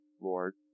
Lord